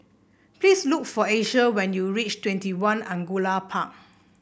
please look for Asia when you reach Twenty One Angullia Park